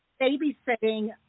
babysitting